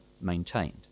maintained